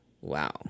wow